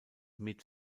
met